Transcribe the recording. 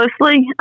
closely